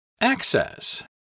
Access